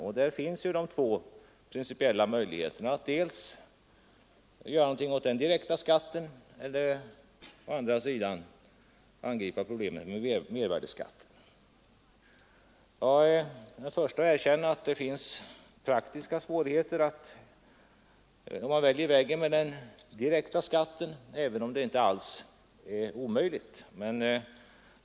Därvidlag finns de två principiella möjligheterna, nämligen att göra någonting åt den direkta skatten eller att angripa problemet med mervärdeskatten. Jag är den förste att erkänna att det finns praktiska svårigheter om man väljer vägen med den direkta skatten, även om det inte alls är omöjligt.